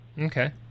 Okay